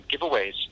giveaways